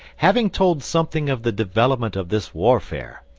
having told something of the development of this warfare,